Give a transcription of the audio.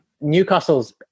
Newcastle's